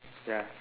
ya